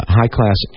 high-class